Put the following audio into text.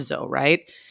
right